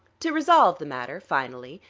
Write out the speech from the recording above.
to resolve the matter, finally,